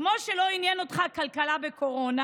כמו שלא עניין אותך כלכלה וקורונה.